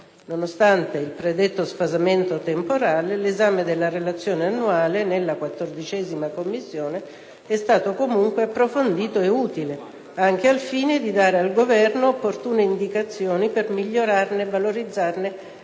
Nonostante il predetto sfasamento temporale, l'esame della Relazione annuale, nella 14a Commissione, è stato comunque approfondito e utile, anche al fine di dare al Governo opportune indicazioni per migliorarne e valorizzarne le